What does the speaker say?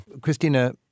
Christina